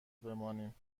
بمانیم